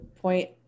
point